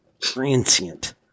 transient